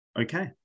Okay